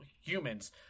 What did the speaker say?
humans